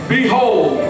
Behold